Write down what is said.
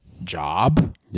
job